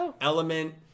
element